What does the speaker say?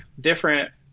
different